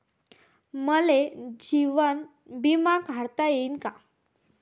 मले जीवन बिमा काढता येईन का?